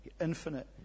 Infinite